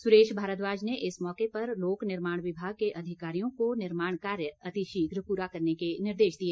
सुरेश भारद्वाज ने इस मौके पर लोक निर्माण विभाग के अधिकारियों को निर्माण कार्य अतिशीघ्र पूरा करने के निर्देश दिए